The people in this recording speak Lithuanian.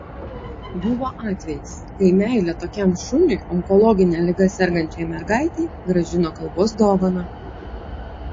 buvo atvejis kai meilė tokiam šuniui onkologine liga sergančiai mergaitei grąžino kalbos dovaną